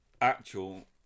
actual